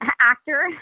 Actor